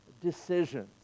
decisions